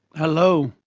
hello.